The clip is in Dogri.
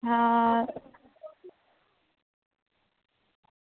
हां